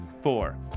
four